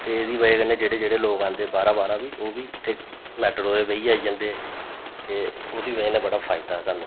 ते एह्दी वजह कन्नै जेह्ड़े जेह्ड़े लोग आंदे बाह्रा बाह्रा बी ओह् बी इत्थें मेटाडोरै च बेहियै आई जन्दे ते ओह्दी वजह कन्नै बड़ा फायदा ऐ साढ़ा